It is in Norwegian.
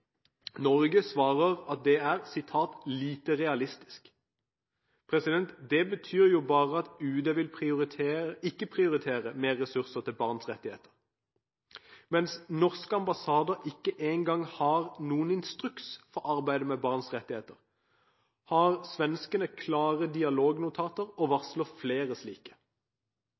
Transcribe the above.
Norge svarer at det er lite realistisk. Det betyr bare at UD ikke vil prioritere mer ressurser til barns rettigheter. Mens norske ambassader ikke engang har noen instruks for arbeidet med barns rettigheter, har svenskene klare dialognotater og varsler flere slike.